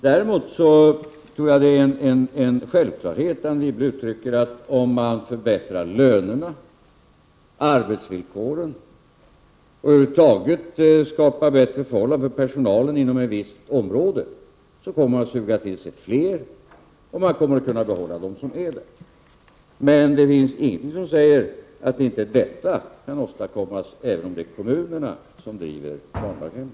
Däremot tror jag att det är en självklarhet som Anne Wibble uttrycker att om man förbättrar lönerna, arbetsvillkoren och över huvud taget skapar bättre förhållanden för personalen inom ett visst område, så kommer man att suga till sig fler, och man kommer att kunna behålla dem som redan finns där. Men det finns ingenting som säger att inte detta kan åstadkommas även om det är kommunerna som driver barndaghemmen.